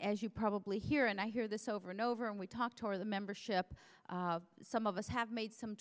as you probably hear and i hear this over and over and we talked or the membership some of us have made some